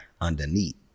underneath